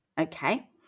Okay